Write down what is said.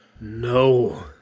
no